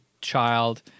child